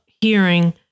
hearing